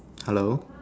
hello